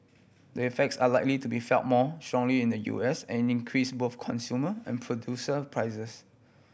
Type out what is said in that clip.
the effects are likely to be felt more strongly in the U S and increase both consumer and producer prices